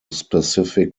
specific